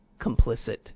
complicit